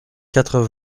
quatre